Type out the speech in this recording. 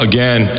Again